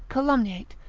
calumniate,